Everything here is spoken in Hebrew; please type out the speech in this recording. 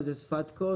מה זאת שפת קוד?